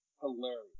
hilarious